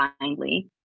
kindly